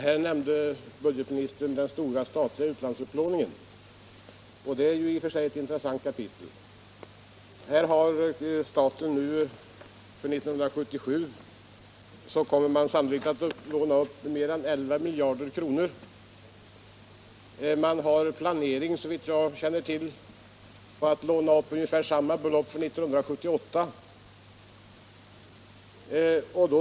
Herr talman! Budgetministern nämnde den stora statliga utlandsupplåningen, och det är i och för sig ett intressant kapitel. Sannolikt kommer staten att under 1977 låna mer än 11 miljarder kronor. Såvitt jag känner till planerar man att 1978 låna upp ungefär samma belopp.